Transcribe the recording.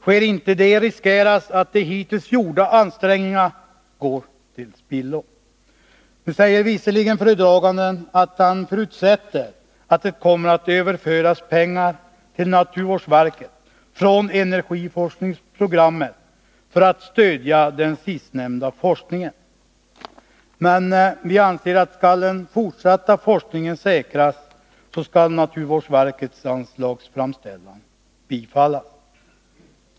Sker inte det, riskeras att de hittills gjorda ansträngningarna går till spillo. Nu säger visserligen föredraganden att han förutsätter att det kommer att överföras pengar till naturvårdsverket från energiforskningsprogrammet för att stödja den sistnämnda forskningen, men vi anser att för att den fortsatta forskningen skall kunna säkras måste naturvårdsverkets anslagsframställan bifallas.